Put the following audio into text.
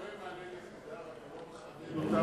אדוני מעלה נקודה אבל לא מחדד אותה.